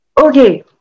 okay